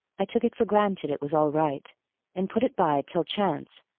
i took it for granted it was all right and put it by till chance,